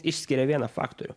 išskiria vieną faktorių